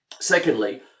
secondly